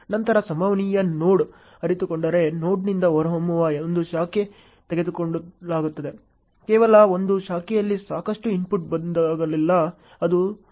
ನಂತರ ಸಂಭವನೀಯ ನೋಡ್ ಅರಿತುಕೊಂಡರೆ ನೋಡ್ನಿಂದ ಹೊರಹೊಮ್ಮುವ ಒಂದು ಶಾಖೆಯನ್ನು ತೆಗೆದುಕೊಳ್ಳಲಾಗುತ್ತದೆ ಕೇವಲ ಒಂದು ಶಾಖೆಯಲ್ಲಿ ಸಾಕಷ್ಟು ಇನ್ಪುಟ್ ಬಂದಾಗಲೆಲ್ಲಾ ಅದು ಸರಿಯಾಗಿರುತ್ತದೆ